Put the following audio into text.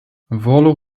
volu